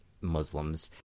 Muslims